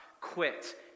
quit